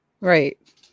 right